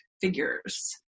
figures